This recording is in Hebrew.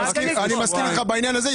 איתך בעניין הזה.